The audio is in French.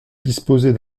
disposait